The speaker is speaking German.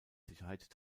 sicherheit